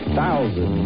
thousand